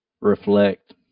reflect